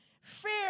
Fear